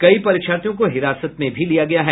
कई परीक्षार्थियों को हिरासत में भी लिया गया है